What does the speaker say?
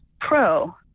pro